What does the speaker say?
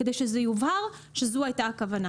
כדי שזה יובהר שזו הייתה הכוונה.